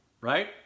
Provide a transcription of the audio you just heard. right